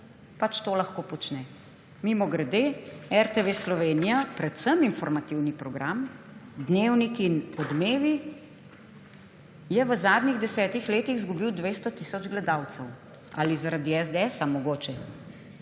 pač to lahko počne. Mimogrede, RTV Slovenija, predvsem informativni program, Dnevnik in Odmevi, je v zadnjih desetih letih izgubil 200 tisoč gledalcev. Ali zaradi SDS mogoče?